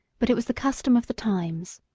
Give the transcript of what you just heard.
but it was the custom of the times.